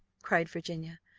cried virginia.